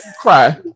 cry